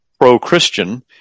pro-Christian